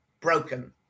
broken